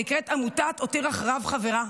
שנקראת עמותת "הותיר אחריו חברה"